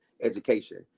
Education